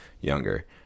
younger